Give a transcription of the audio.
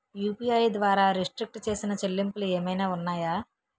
UPI ద్వారా restrict చేసిన చెల్లింపులు ఏమైనా ఉన్నాయా?